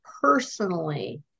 personally